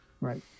Right